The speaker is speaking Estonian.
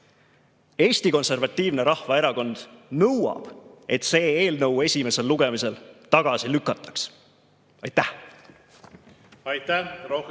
Eesti Konservatiivne Rahvaerakond nõuab, et see eelnõu esimesel lugemisel tagasi lükataks. Aitäh!